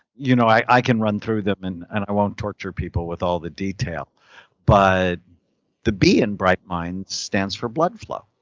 you know i can run through with them, and and i won't torture people with all the detail but the b in bright minds stands for blood flow.